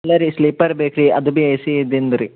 ಇಲ್ಲ ರೀ ಸ್ಲೀಪರ್ ಬೇಕು ರೀ ಅದೂ ಭಿ ಎ ಸಿ ಇದ್ದಿದ್ದು ರೀ